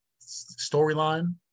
storyline